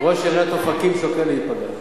ראש עיריית אופקים שוקל להיפגע,